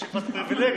יש לך את הפריבילגיה.